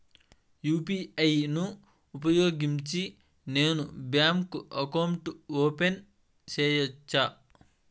UPI ను ఉపయోగించి నేను బ్యాంకు అకౌంట్ ఓపెన్ సేయొచ్చా?